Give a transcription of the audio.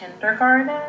kindergarten